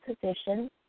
position